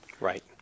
Right